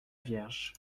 vierge